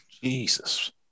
Jesus